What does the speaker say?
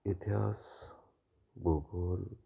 इतिहास भूगोल